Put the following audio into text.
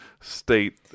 state